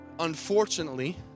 Unfortunately